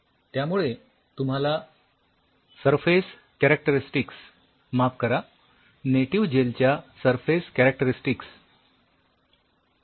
त्यामुळे तुम्हाला surface characteristics माफ करा नेटिव्ह जेल च्या सरफेस कॅरॅक्टरिस्टिक्स मिळतील